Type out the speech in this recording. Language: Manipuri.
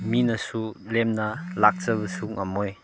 ꯃꯤꯅꯁꯨ ꯂꯦꯝꯅ ꯂꯥꯛꯆꯕꯁꯨ ꯉꯝꯃꯣꯏ